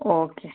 okay